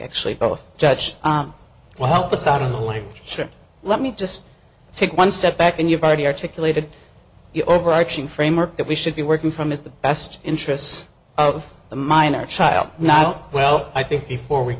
actually both judge will help us out of the way let me just take one step back and you've already articulated the overarching framework that we should be working from is the best interests of the minor child not well i think before we